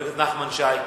חבר הכנסת נחמן שי,